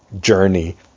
journey